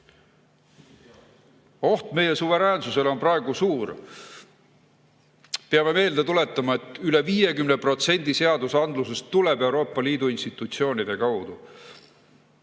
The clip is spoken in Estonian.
meie suveräänsusele on praegu suur. Peame meelde tuletama, et üle 50% seadusandlusest tuleb Euroopa Liidu institutsioonide kaudu.